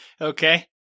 Okay